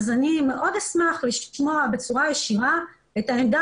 אז אני אשמח מאוד לשמוע בצורה ישירה את העמדה